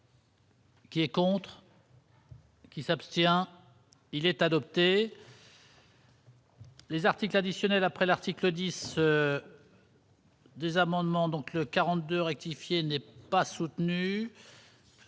Qui est contre. Qui s'abstient, il est adopté. Les article additionnel après l'article 10. Des amendements donc 42 rectifier n'pas soutenu,